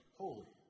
holy